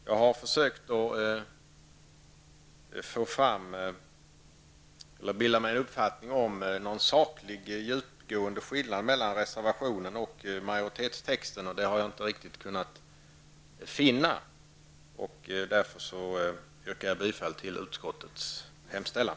Jag har försökt att bilda mig en uppfattning om det finns någon saklig djupgående skillnad mellan reservationen och majoritetstexten, men någon sådan har jag inte riktigt kunnat finna. Därför yrkar jag bifall till utskottets hemställan.